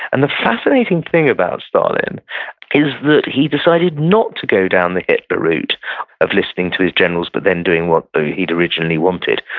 and the fascinating thing about stalin is that he decided not go down the hitler route of listening to his generals but then doing what he'd originally wanted.